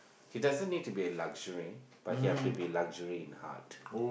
he doesn't need to be a luxury but he have to be luxury in heart